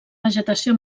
vegetació